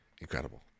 Incredible